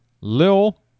Lil